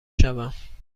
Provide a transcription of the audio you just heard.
شوم